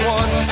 one